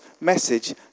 message